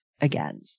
again